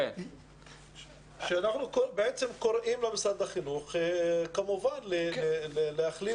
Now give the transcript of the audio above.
אנחנו קוראים למשרד החינוך כמובן להכליל